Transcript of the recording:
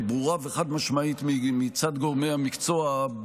ברורה וחד-משמעית מצד גורמי המקצוע,